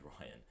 ryan